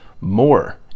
More